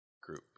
group